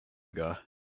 ago